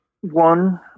one